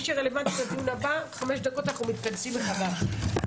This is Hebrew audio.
הישיבה ננעלה בשעה